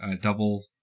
double